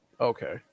Okay